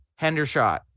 Hendershot